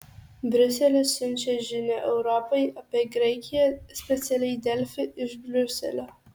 briuselis siunčia žinią europai apie graikiją specialiai delfi iš briuselio